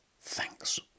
Thanks